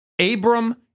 Abram